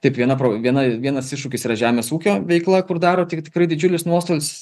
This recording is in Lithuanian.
taip viena viena vienas iššūkis yra žemės ūkio veikla kur daro tik tikrai didžiulius nuostolius